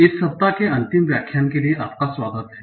इस सप्ताह के अंतिम व्याख्यान के लिए आपका स्वागत है